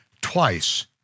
twice